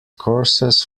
courses